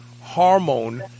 hormone